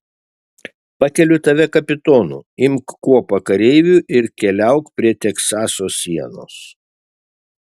pakeliu tave kapitonu imk kuopą kareivių ir keliauk prie teksaso sienos